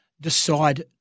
decide